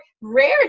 rare